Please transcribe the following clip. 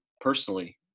personally